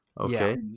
Okay